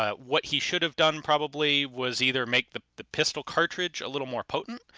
um what he should have done probably was either make the the pistol cartridge a little more potent,